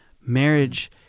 marriage